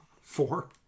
Four